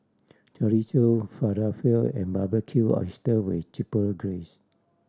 Chorizo Falafel and Barbecue Oyster with Chipotle Glaze